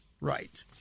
right